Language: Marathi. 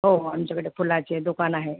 हो आमच्याकडं फुलांचे दुकान आहे